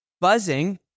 buzzing